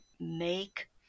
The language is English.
make